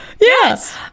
yes